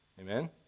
Amen